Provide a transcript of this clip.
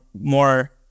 more